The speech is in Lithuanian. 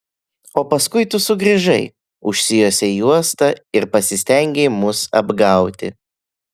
o paskui tu sugrįžai užsijuosei juostą ir pasistengei mus apgauti